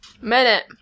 Minute